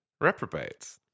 reprobates